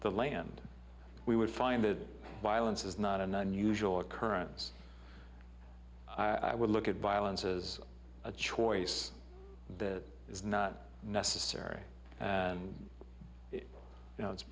the land we would find that violence is not an unusual occurrence i would look at violence as a choice that is not necessary and you know it's